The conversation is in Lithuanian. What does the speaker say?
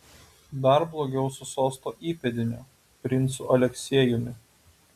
dar blogiau su sosto įpėdiniu princu aleksiejumi